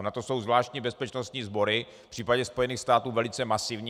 Na to jsou zvláštní bezpečnostní sbory, v případě Spojených států velice masivní.